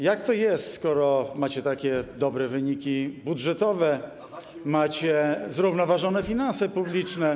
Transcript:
Jak to jest, skoro macie takie dobre wyniki budżetowe, macie zrównoważone finanse publiczne?